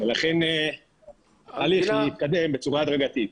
ולכן ההליך מתקדם בצורה הדרגתית.